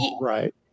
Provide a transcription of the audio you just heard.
right